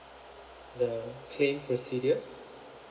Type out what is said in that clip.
the claim procedure